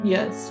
Yes